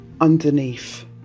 underneath